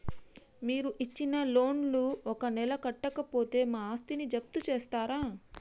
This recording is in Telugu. మీరు ఇచ్చిన లోన్ ను ఒక నెల కట్టకపోతే మా ఆస్తిని జప్తు చేస్తరా?